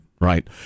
Right